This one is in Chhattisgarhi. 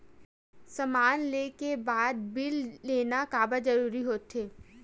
समान ले के बाद बिल लेना काबर जरूरी होथे?